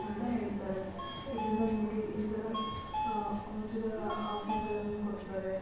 ಅಂತ ಹೇಳ್ತಾರೆ ಇದರಿಂದ ನಿಮಗೆ ಈ ಥರ ಉಚಿತ ಆಫರ್ಗಳನ್ನು ಕೊಡ್ತಾರೆ